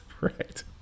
right